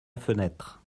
fenêtre